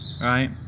right